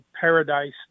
paradise